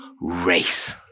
race